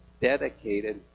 dedicated